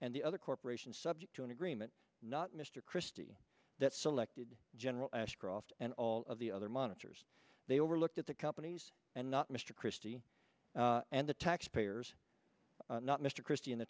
and the other corporation subject to an agreement not mr christie that selected general ashcroft and all of the other monitors they overlooked at the companies and not mr christie and the taxpayers not mr christie in the